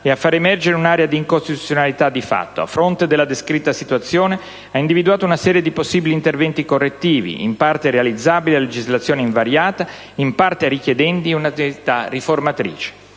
e a far emergere un'area di incostituzionalità di fatto: a fronte della descritta situazione, ha individuato una serie di possibili interventi correttivi, in parte realizzabili a legislazione invariata, in parte richiedenti una attività riformatrice.